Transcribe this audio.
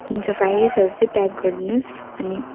हुन्छ फ्राई राइसहरू चाहिँ प्याक गरिदिनु होस् अनि